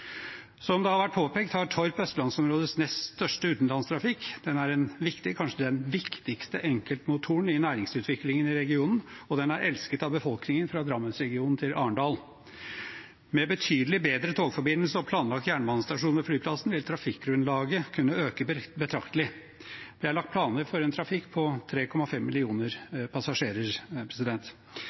Som det har vært påpekt, har Torp østlandsområdets nest største utenlandstrafikk, den er kanskje den viktigste enkeltmotoren i næringsutviklingen i regionen, og den er elsket av befolkningen fra Drammensregionen til Arendal. Med betydelig bedre togforbindelse og planlagt jernbanestasjon ved flyplassen vil trafikkgrunnlaget kunne øke betraktelig. Det er lagt planer for en trafikk på 3,5 millioner passasjerer.